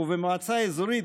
ובמועצה אזורית,